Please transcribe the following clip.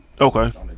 Okay